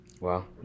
Wow